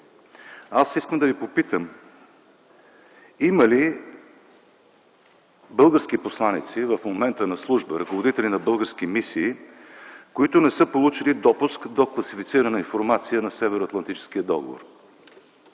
аз искам да Ви попитам: има ли български посланици в момента на служба, ръководители на български мисии, които не са получили допуск до класифицирана информация на Северноатлантическия договор?